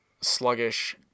sluggish